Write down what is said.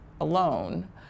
alone